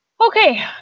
Okay